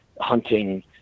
hunting